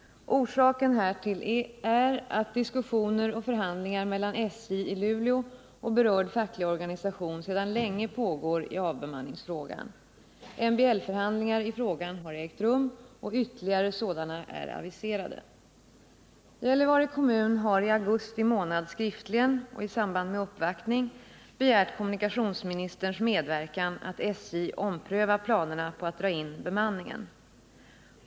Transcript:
Orsaken härtill är att diskussioner och förhandlingar mellan SJ i Luleå och berörd facklig organisation sedan länge pågår i avbemanningsfrågan. MBL-förhandlingar i frågan har ägt rum och ytterligare sådana är aviserade. Gällivare kommun har i augusti månad skriftligen — och i samband med uppvaktning — begärt kommunikationsministerns medverkan till att SJ omprövar planerna på att dra in bemanningen.